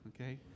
Okay